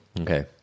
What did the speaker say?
Okay